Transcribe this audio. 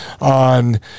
on